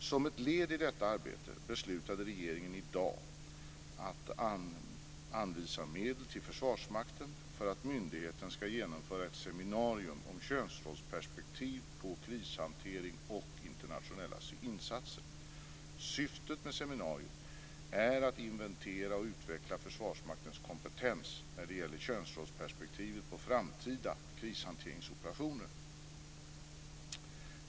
Som ett led i detta arbete beslutade regeringen i dag att anvisa medel till Försvarsmakten för att myndigheten ska genomföra ett seminarium om könsrollsperspektiv på krishantering och internationella insatser. Syftet med seminariet är att inventera och utveckla Försvarsmaktens kompetens när det gäller könsrollsperspektivet på framtida krishanteringsoperationer.